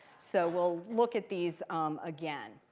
so we'll look at these again.